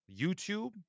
YouTube